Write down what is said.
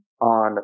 on